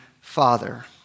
Father